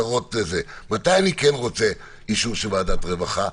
מתי אני כן רוצה אישור של ועדת הרווחה?